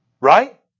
Right